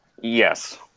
Yes